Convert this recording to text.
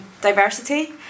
diversity